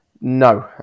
No